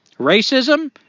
Racism